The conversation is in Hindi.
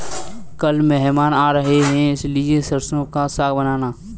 कल मेहमान आ रहे हैं इसलिए सरसों का साग बनाना